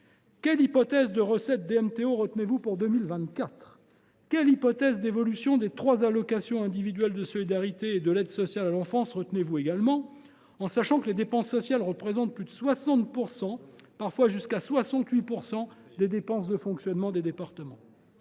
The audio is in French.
quelle hypothèse de recettes de DMTO retenez vous pour 2024 ? Ensuite, quelle hypothèse d’évolution des trois allocations individuelles de solidarité et de l’aide sociale à l’enfance retenez vous pour cette même année, en sachant que les dépenses sociales représentent plus de 60 %– jusqu’à 68 % parfois – des dépenses de fonctionnement des départements ?